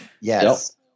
Yes